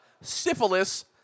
syphilis